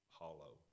hollow